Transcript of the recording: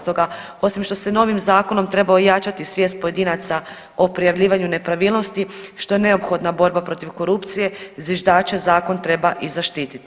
Stoga osim što se novim zakonom treba ojačati svijest pojedinaca o prijavljivanju nepravilnost što je neophodna borba protiv korupcije, zviždače zakon treba i zaštititi.